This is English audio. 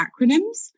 acronyms